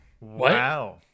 Wow